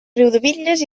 riudebitlles